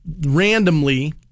randomly